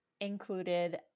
included